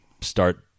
start